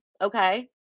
okay